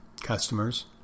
customers